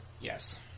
Yes